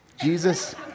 Jesus